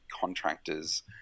contractors